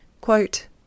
Quote